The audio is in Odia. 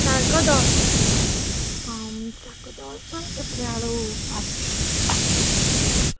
ଶାଗ ଦଶ ଶାଗ ଦଶ ତା'ପରେ ଆଳୁ ପାଞ୍ଚ ତା'ପରେ